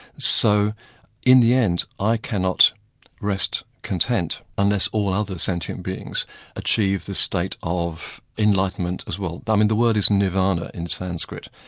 so in the end, i cannot rest content unless all others sentient beings achieve the state of enlightenment as well. i mean, the word is nirvana in sanskrit,